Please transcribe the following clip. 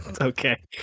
Okay